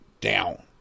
down